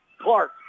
Clark